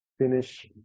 finish